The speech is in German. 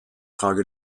frage